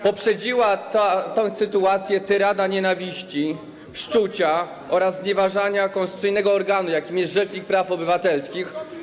Poprzedziła tę sytuację tyrada nienawiści, szczucia oraz znieważania konstytucyjnego organu, jakim jest rzecznik praw obywatelskich.